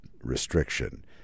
restriction